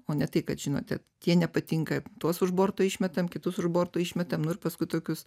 o ne tai kad žinote tie nepatinka tuos už borto išmetam kitus už borto išmetam nu ir paskui tokius